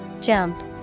Jump